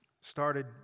started